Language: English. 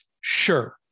Sure